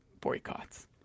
boycotts